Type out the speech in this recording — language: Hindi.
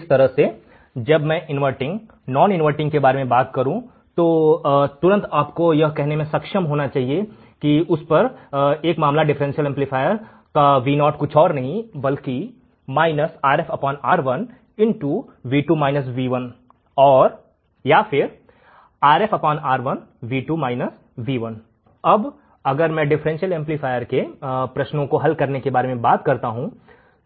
इसी तरह जब मैं इनवाइटिंग नान इनवर्टिंग एम्पलीफायर के बारे में बात करता हूं तो तुरंत आपको यह कहने में सक्षम होना चाहिए कि उस पर एक मामला एक डिफरेंशियल एमप्लीफायर का Vo कुछ और नहीं बल्कि Rf R1 or Rf R1 अब अगर मैं डिफरेंशियल एमप्लीफायर के प्रश्नों को हल करने के बारे में बात करता हूं